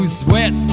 sweat